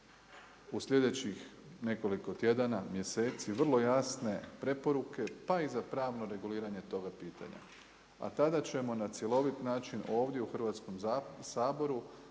u sljedećih nekoliko tjedana, mjeseci, vrlo jasne preporuke, pa i za pravno reguliranje toga pitanja. A tada ćemo na cjeloviti način ovdje u Hrvatskom saboru